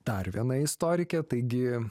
dar viena istorikė taigi